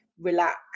relax